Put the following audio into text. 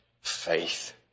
faith